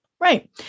Right